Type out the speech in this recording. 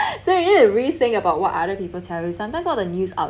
so you really think about what other people tell you sometimes all the news outlet